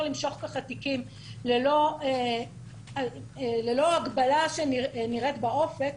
למשוך ככה תיקים ללא הגבלה שנראית באופק,